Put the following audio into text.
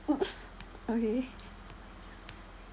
okay